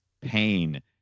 pain